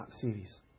series